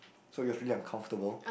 so it was really uncomfortable